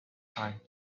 time